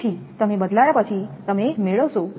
તેથી તમે બદલાયા પછી તમે મેળવશો